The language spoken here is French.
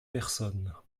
personnes